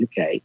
UK